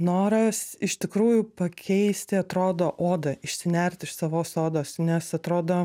noras iš tikrųjų pakeisti atrodo odą išsinert iš savos odos nes atrodo